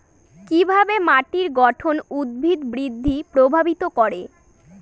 কিভাবে মাটির গঠন উদ্ভিদ বৃদ্ধি প্রভাবিত করে?